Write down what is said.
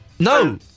No